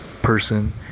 person